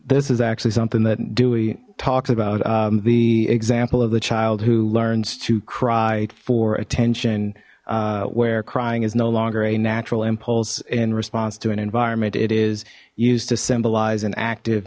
this is actually something that dewey talks about the example of the child who learns to cry for attention where crying is no longer a natural impulse in response to an environment it is used to symbolize an active